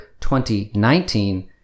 2019